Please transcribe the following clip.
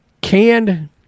canned